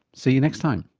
see you next time